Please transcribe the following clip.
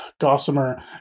Gossamer